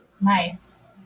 Nice